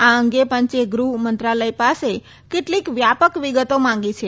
આ અંગે પંચે ગૃહ મંત્રાલય પાસે કેટલીક વ્યાપક વિગતો માંગી છે